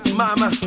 mama